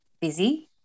busy